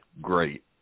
great